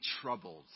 troubled